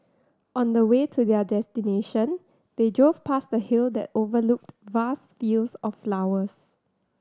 on the way to their destination they drove past a hill that overlooked vast fields of flowers